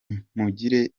ntimugire